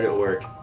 yeah work.